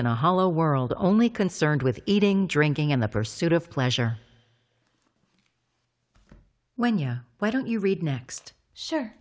in a hollow world only concerned with eating drinking and the pursuit of pleasure when yeah why don't you read next su